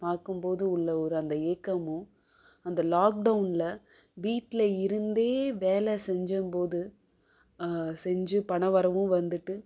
பார்க்கும் போது உள்ள ஒரு அந்த ஏக்கமும் அந்த லாக்டவுனில் வீட்டில் இருந்தே வேலை செஞ்சும் போது செஞ்சு பண வரவும் வந்துட்டு